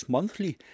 Monthly